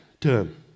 term